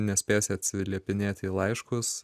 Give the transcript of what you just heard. nespėsi atsiliepinėti į laiškus